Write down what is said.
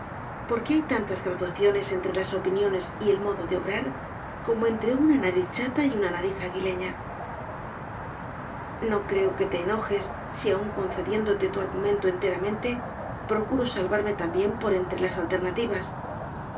dilemas porque hay tantas graduaciones entre las opiniones y el modo de obrar como entre una nariz chata y una nariz aguileña no creo que te enojes si aun concediéndote tu argumento enteramente procuro salvarme también por entre las alternativas